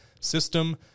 system